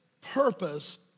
purpose